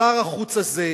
שר החוץ הזה,